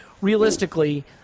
realistically